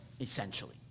Essentially